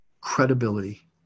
credibility